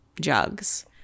jugs